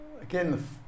again